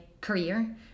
career